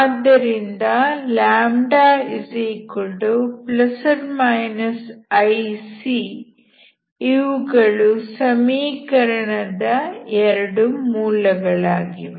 ಆದ್ದರಿಂದ λ±ic ಇವುಗಳು ಸಮೀಕರಣದ ಎರಡು ಮೂಲಗಳಾಗಿವೆ